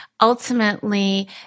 ultimately